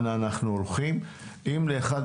אם יהיה